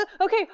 okay